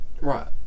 Right